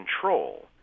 control